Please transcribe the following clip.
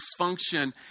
dysfunction